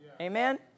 Amen